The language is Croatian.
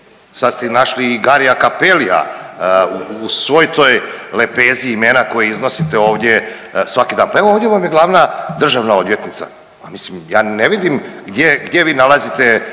Sad ste našli u Garija Cappellija u svoj toj lepezi imena koje iznosite ovdje svaki dan. Pa evo, ovdje vam je glavna državna odvjetnica. Pa mislim, ja ne vidim gdje vi nalazite